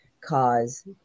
cause